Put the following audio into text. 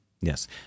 Yes